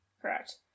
Correct